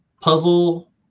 puzzle